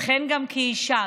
וכן, גם כאישה.